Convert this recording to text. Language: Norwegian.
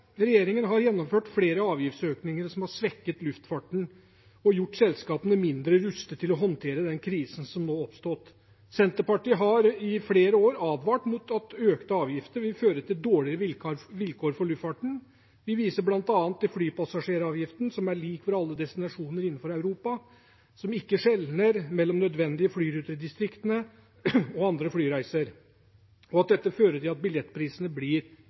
Regjeringen har gjennomført flere avgiftsøkninger som har svekket luftfarten og gjort selskapene mindre rustet til å håndtere den krisen som nå har oppstått. Senterpartiet har i flere år advart mot at økte avgifter vil føre til dårligere vilkår for luftfarten. Vi viser bl.a. til flypassasjeravgiften, som er lik for alle destinasjoner innenfor Europa, som ikke skjelner mellom nødvendige flyruter i distriktene og andre flyreiser, og at dette fører til at billettprisene blir